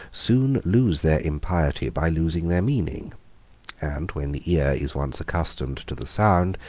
soon lose their impiety by losing their meaning and when the ear is once accustomed to the sound,